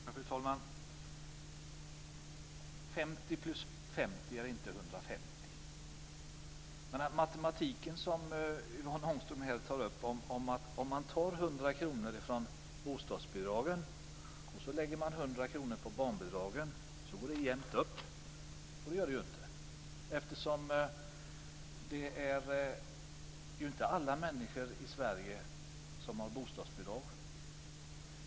Fru talman! 50 + 50 är inte 150. Yvonne Ångström tar här fram en matematik som säger att om man tar 100 kr från bostadsbidragen och lägger 100 kr på barnbidragen så går det jämnt upp - och det gör det ju inte. Det är ju inte alla människor i Sverige som har bostadsbidrag.